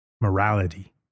Morality